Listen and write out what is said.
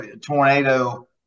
tornado